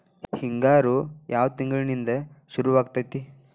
ಹಿಂಗಾರು ಯಾವ ತಿಂಗಳಿನಿಂದ ಶುರುವಾಗತೈತಿ?